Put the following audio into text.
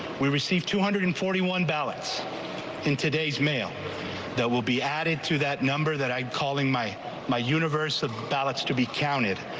we received two hundred and forty one ballots and today's mail that will be added to that number that i'm calling my my universe of ballots to be counted.